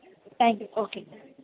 thank you okay